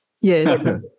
Yes